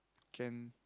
can